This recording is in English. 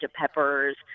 Peppers